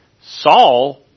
Saul